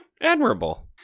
admirable